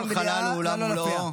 כל חלל הוא עולם ומלואו.